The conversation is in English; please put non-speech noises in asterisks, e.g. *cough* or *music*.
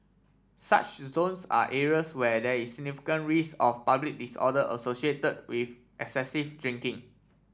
such zones are areas where there is *unintelligible* risk of public disorder associated with excessive drinking